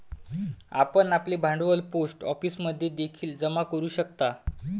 आपण आपले भांडवल पोस्ट ऑफिसमध्ये देखील जमा करू शकता